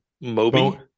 Moby